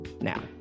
now